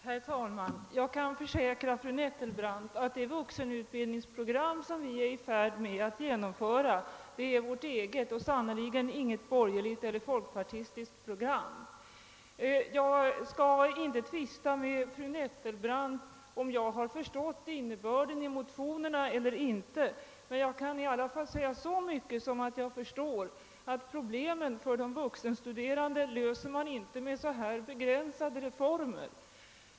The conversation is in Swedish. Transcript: Herr talman! Jag kan försäkra fru Nettelbrandt, att det vuxenutbildningsprogram vi är i färd med att genomföra är vårt eget och sannerligen inget borgerligt eller folkpartistiskt program. Jag skall inte tvista med fru Nettelbrandt om jag förstått innebörden av motionerna eller inte. Jag kan i alla fall säga att jag förstår att problemen för de vuxenstuderande löser man inte med så här begränsade reformer.